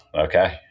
Okay